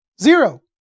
Zero